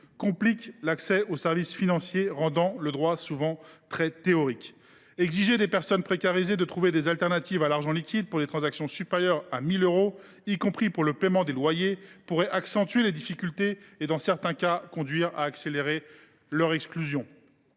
compliquent l’accès aux services financiers, rendant ce droit souvent très théorique. Exiger de personnes précarisées qu’elles trouvent d’autres moyens de paiement que l’argent liquide pour les transactions supérieures à 1 000 euros, y compris pour le paiement des loyers, pourrait accentuer leurs difficultés et, dans certains cas, accélérer leur exclusion.